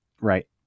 Right